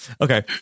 Okay